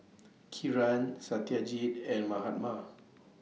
Kiran Satyajit and Mahatma